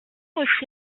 aussi